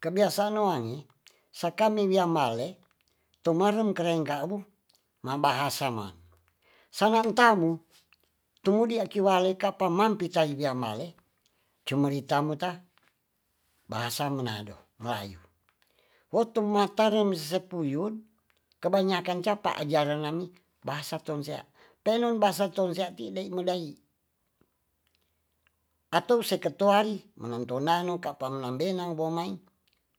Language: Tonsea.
Kebiasaan no ange saka mini ambale tumarang karem kau ma bahasa ma sanan tamu tumudi aki wale kapa mampi tawi wiam bale cumerita muta bahasa menado melayu wo tuma tare mi sepuyut kebayakan ca pa ajaran na mi bahasa tonsea penon bahasa tonsea ti dai ma dai atau se ketoari manem tondano kapa menangf benang bo mai